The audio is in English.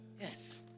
Yes